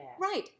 Right